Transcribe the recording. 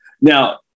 Now